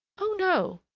oh! no,